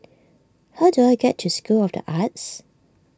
how do I get to School of the Arts